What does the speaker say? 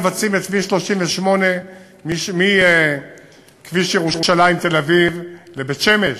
מבצעים את כביש 38 מכביש ירושלים תל-אביב לבית-שמש,